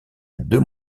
deux